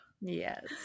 yes